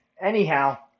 anyhow